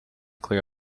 clear